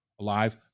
alive